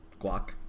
guac